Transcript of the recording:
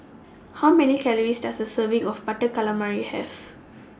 How Many Calories Does A Serving of Butter Calamari Have